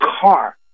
car